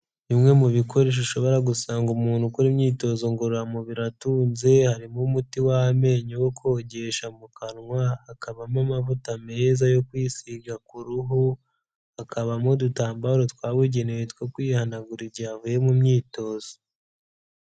Bimwe mu bikoresho ushobora gusanga umuntu ukora imyitozo ngororamubiri atunze, harimo umuti w'amenyo wo kogesha mu kanwa, hakabamo amavuta meza yo kwisiga ku ruhu, hakabamo udutambaro twabugenewe two kwihanagura igihe avuye mu myitozo.